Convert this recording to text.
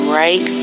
right